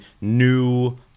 new